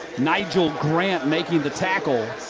nigel grant making the tackle.